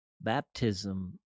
Baptism